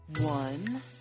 One